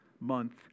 month